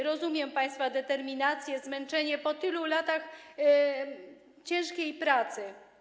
Rozumiem państwa determinację, zmęczenie po tylu latach ciężkiej pracy.